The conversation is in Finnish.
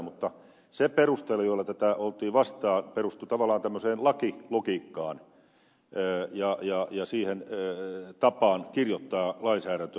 mutta se perustelu jolla tätä oltiin vastaan perustui tavallaan tämmöiseen lakilogiikkaan ja siihen tapaan kirjoittaa lainsäädäntöä